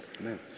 Amen